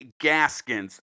Gaskins